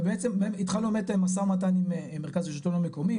ובעצם התחלנו באמת משא ומתן עם מרכז השילטון המקומי,